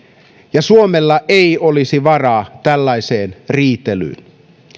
ja suomella ei olisi varaa tällaiseen riitelyyn